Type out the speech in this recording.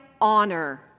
honor